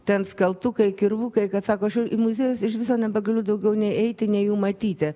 ten skeltukai kirvukai kad sako aš jau į muziejus iš viso nebegaliu daugiau nei eiti nei jų matyti